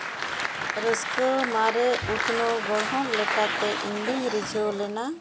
ᱨᱟᱹᱥᱠᱟᱹ ᱢᱟᱨᱮ ᱩᱛᱱᱟᱹᱣ ᱜᱚᱲᱦᱚᱱ ᱞᱮᱠᱟᱛᱮ ᱤᱧ ᱫᱩᱧ ᱨᱤᱡᱷᱟᱹᱣ ᱞᱮᱱᱟ